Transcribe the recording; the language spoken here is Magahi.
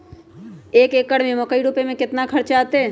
एक एकर में मकई रोपे में कितना खर्च अतै?